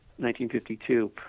1952